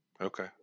Okay